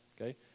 okay